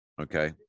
okay